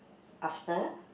after